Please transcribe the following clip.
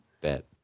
Bet